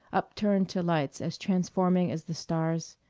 upturned to lights as transforming as the stars